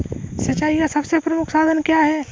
सिंचाई का सबसे प्रमुख साधन क्या है?